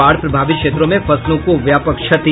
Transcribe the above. बाढ़ प्रभावित क्षेत्रों में फसलों को व्यापक क्षति